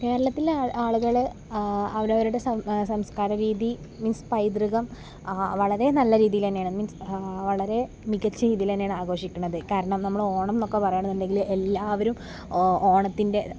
കേരളത്തിലെ ആളുകൾ അവർ അവരുടെ സംസ്കാര രീതി മീൻസ് പൈതൃകം മീൻസ് വളരെ നല്ല രീതിയിൽ തന്നെയാണ് മീൻസ് വളരെ മികച്ച രീതിയിൽ തന്നെയാണ് ആഘോഷിക്കുന്നത് കാരണം നമ്മൾ ഓണം എന്നൊക്കെ പറയുകയാണെന്നുണ്ടെങ്കിൽ എല്ലാവരും ഓണത്തിൻ്റെ